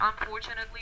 unfortunately